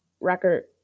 record